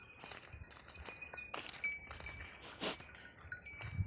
ಕಂತಿನ ಟೈಮ್ ಮುಗಿದ ಮ್ಯಾಲ್ ದುಡ್ಡು ತುಂಬಿದ್ರ, ಎಷ್ಟ ದಂಡ ಹಾಕ್ತೇರಿ?